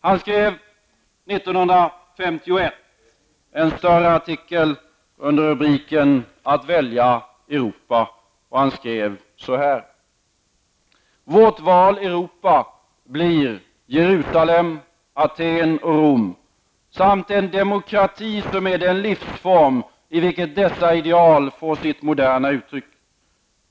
Han skrev 1951 en större artikel under rubriken ''Att välja Europa'', och han skrev så här: ''Vårt val Europa blir Jerusalem, Aten och Rom samt en -- demokrati som är den livsform, i vilken dessa ideal får sitt moderna uttryck.